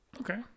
Okay